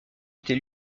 était